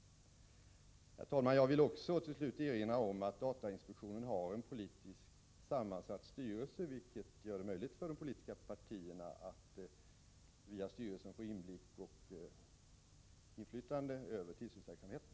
Herr talman! Jag vill till slut erinra om att datainspektionen har en politiskt sammansatt styrelse, vilket gör det möjligt för de politiska partierna att via styrelsen få inblick i och inflytande på tillsynsverksamheten.